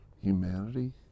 humanity